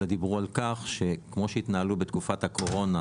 אלא דיברו על כך שכמו שהתנהלו בתקופת הקורונה,